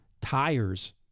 tires